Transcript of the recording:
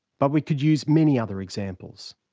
but we could use many other examples.